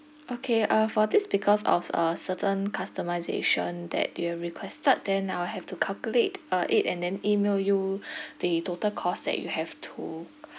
okay uh for this because of uh certain customisation that you requested then I'll have to calculate uh it and then email you the total cost that you have to